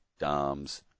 Dams